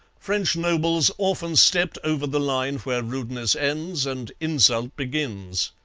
french nobles often stepped over the line where rudeness ends and insult begins.